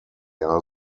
are